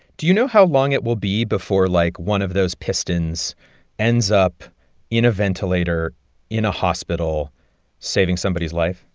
do you know how long it will be before, like, one of those pistons ends up in a ventilator in a hospital saving somebody's life?